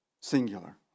Singular